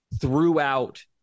throughout